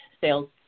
sales